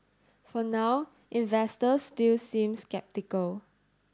for now investors still seem sceptical